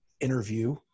interview